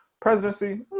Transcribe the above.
Presidency